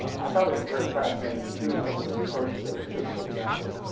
i thought it was very fascinating too, some of the approaches that we took. for example,